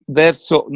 verso